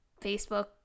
Facebook